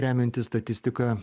remiantis statistika